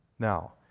Now